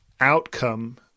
outcome